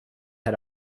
had